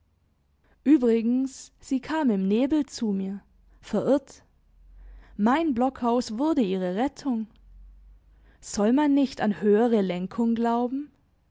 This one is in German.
übrigens sie kam im nebel zu mir verirrt mein blockhaus wurde ihre rettung soll man nicht an höhere lenkung glauben